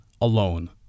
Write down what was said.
alone